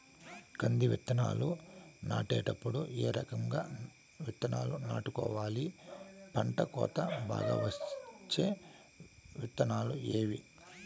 కంది విత్తనాలు నాటేటప్పుడు ఏ రకం విత్తనాలు నాటుకోవాలి, పంట కోత బాగా వచ్చే విత్తనాలు ఏవీ?